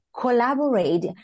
collaborate